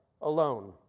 alone